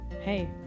hey